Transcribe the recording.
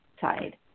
side